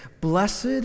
Blessed